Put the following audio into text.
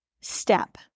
step